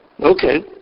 Okay